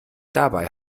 dabei